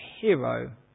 hero